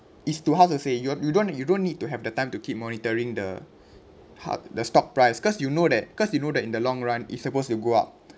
it's to how to say you are you don't you don't need to have the time to keep monitoring the ho~ the stock price cause you know that cause you know that in the long run it's supposed to go up